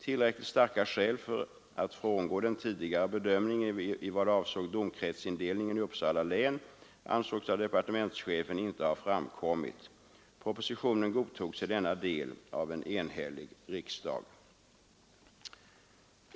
Tillräckligt starka skäl för att frångå den tidigare bedömningen i vad avsåg domkretsindelningen i Uppsala län ansågs av departementschefen inte ha framkommit. Propositionen godtogs i denna del av en enhällig riksdag.